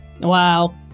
Wow